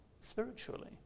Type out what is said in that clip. spiritually